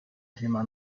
thema